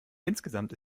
insgesamt